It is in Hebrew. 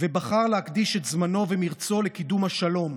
ובחר להקדיש את זמנו ומרצו לקידום השלום.